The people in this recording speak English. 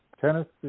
Tennessee